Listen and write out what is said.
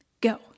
Go